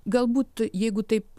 galbūt jeigu taip